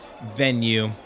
venue